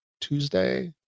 Tuesday